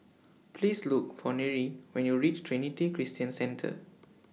Please Look For Nery when YOU REACH Trinity Christian Center